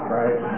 right